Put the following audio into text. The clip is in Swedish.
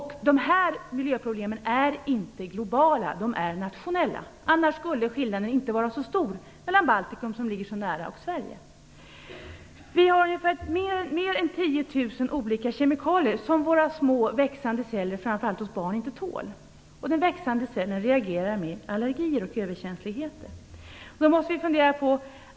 De miljöproblemen är inte globala, de är nationella. Annars skulle skillnaden inte vara så stor mellan Baltikum, som ligger så nära, och Det finns mer än 10 000 olika kemikalier som våra små växande celler hos framför allt barnen inte tål. Den växande cellen reagerar med allergi och överkänslighet.